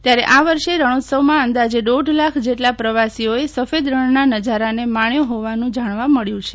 ત્યારે આવર્ષે રણોત્સવમાં અંદાજે દોઢ લાખ જેટલા પ્રવાસીઓએ સફેદ રણના નજારાને માણ્યો હોવાનું જાણવા મળ્યું છે